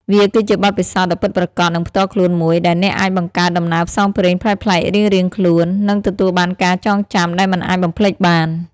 វាគឺជាបទពិសោធន៍ដ៏ពិតប្រាកដ និងផ្ទាល់ខ្លួនមួយ ដែលអ្នកអាចបង្កើតដំណើរផ្សងព្រេងប្លែកៗរៀងៗខ្លួន និងទទួលបានការចងចាំដែលមិនអាចបំភ្លេចបាន។